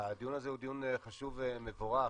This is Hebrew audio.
הדיון הזה הוא דיון חשוב ומבורך,